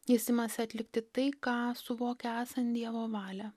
jis imasi atlikti tai ką suvokia esant dievo valią